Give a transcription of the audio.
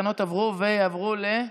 התקנות עברו, ויעברו, לא,